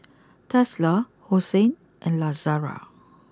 Tesla Hosen and Lazada